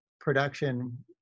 production